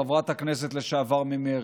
חברת הכנסת לשעבר ממרצ,